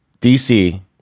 DC